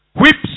whips